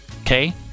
okay